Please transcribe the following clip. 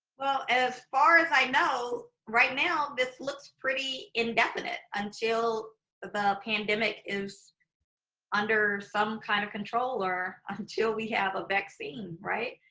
as far as i know, right now, this looks pretty indefinite until the pandemic is under some kind of control or until we have a vaccine, right?